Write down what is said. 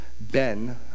Ben